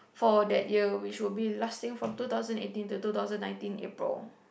for that year we should be lasting from two thousand eighteen to two thousand nineteen April